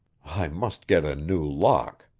i must get a new lock,